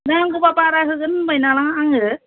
नांगौबा बारा होगोन होनबायना आङो